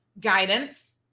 guidance